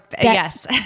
yes